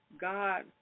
God